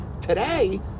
Today